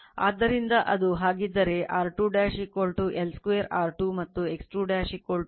ಆದ್ದರಿಂದ ಅದು ಹಾಗಿದ್ದರೆ R2 L2 R2 ಮತ್ತು X2 K 2 X2